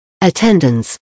Attendance